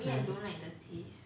mm